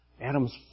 Adam's